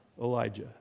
Elijah